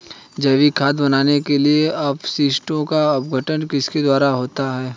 जैविक खाद बनाने के लिए अपशिष्टों का अपघटन किसके द्वारा होता है?